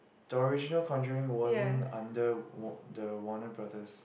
the original Conjuring wasn't under war~ the Warner-Brothers